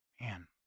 Man